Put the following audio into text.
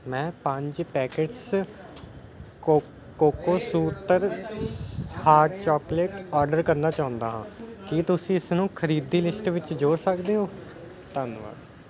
ਮੈਂ ਪੰਜ ਪੈਕੀਟਸ ਕੋ ਕੋਕੋਸੂਤਰ ਸ ਹਾਰਟ ਚੋਕਲੇਟ ਓਰਡਰ ਕਰਨਾ ਚਾਹੁੰਦਾ ਹਾਂ ਕੀ ਤੁਸੀਂ ਇਸਨੂੰ ਖਰੀਦੀ ਲਿਸਟ ਵਿੱਚ ਜੋੜ ਸਕਦੇ ਹੋ ਧੰਨਵਾਦ